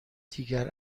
دیگر